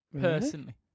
Personally